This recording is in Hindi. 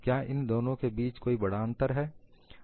क्या इन दोनों के बीच कोई बड़ा अंतर है